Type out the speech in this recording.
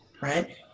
Right